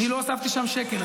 אני לא הוספתי שם שקל.